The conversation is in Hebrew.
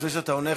לפני שאתה עונה,